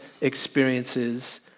experiences